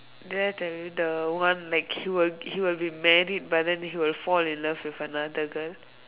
there the the one like he will he will be married but he will fall in love with another girl